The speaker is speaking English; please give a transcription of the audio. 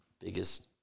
biggest